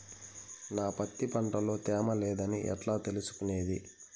నా పత్తి పంట లో తేమ లేదని ఎట్లా తెలుసుకునేది?